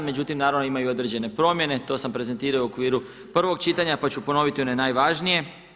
Međutim, naravno ima i određene promjene, to sam prezentirao i u okviru prvog čitanja, pa ću ponoviti one najvažnije.